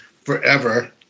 forever